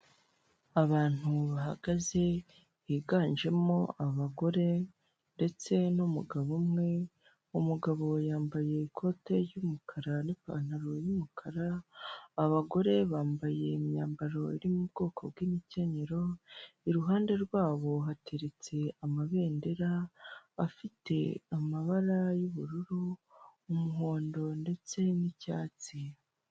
Abantu bahagaze higanjemo abagore ndetse n'umugabo umwe, umugabo yambaye ikote ry'umukara n'ipantaro y'umukara, abagore bambaye imyambaro iri mu bwoko bw'imikenyero, iruhande rwabo hateretse amabendera afite amabara y'ubururu, umuhondo ndetse n'icyatsi.